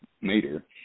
meter